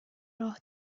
راه